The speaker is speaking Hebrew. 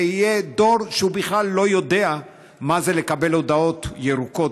ויהיה דור שבכלל לא יודע מה זה לקבל הודעות ירוקות,